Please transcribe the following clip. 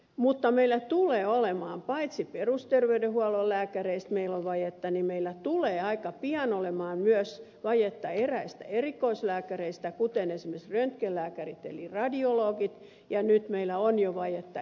mutta paitsi että meillä on perusterveydenhuollon lääkäreistä vajetta niin meillä tulee aika pian olemaan myös vajetta eräistä erikoislääkäreistä kuten esimerkiksi röntgenlääkäreistä eli radiologeista ja nyt meillä on jo vajetta eri psykiatreista